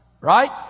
right